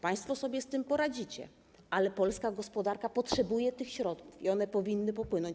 Państwo sobie z tym poradzicie, ale polska gospodarka potrzebuje tych środków i one powinny popłynąć.